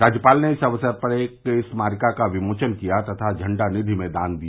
राज्यपाल ने इस अवसर पर एक स्मारिका का विमोचन किया तथा झंडा निधि में दान दिया